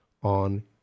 On